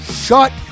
Shut